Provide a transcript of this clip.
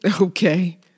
Okay